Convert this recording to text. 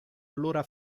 allora